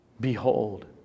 Behold